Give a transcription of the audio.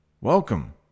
Welcome